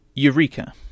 Eureka